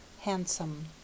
handsome